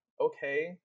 okay